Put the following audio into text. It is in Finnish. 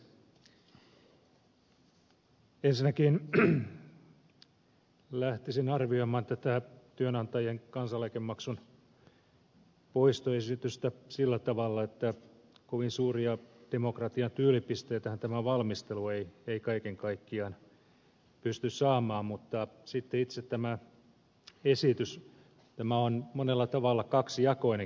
ensinnäkin lähtisin arvioimaan tätä työnantajien kansaneläkemaksun poistoesitystä sillä tavalla että kovin suuria demokratian tyylipisteitähän tämä valmistelu ei kaiken kaikkiaan pysty saamaan mutta sitten itse tämä esitys on monella tavalla kaksijakoinenkin esitys